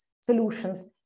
solutions